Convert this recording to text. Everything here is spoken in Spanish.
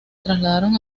trasladaron